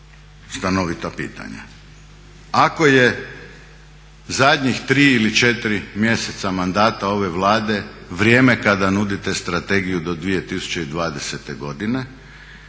stanovita pitanja. Ako je zadnjih 3 ili 4 mjeseca mandata ove Vlade vrijeme kada nudite strategiju do 2020.godine